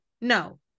No